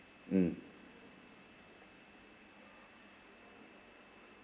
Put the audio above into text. mm